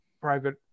private